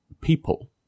people